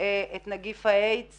את נגיב האיידס